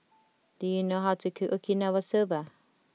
do you know how to cook Okinawa Soba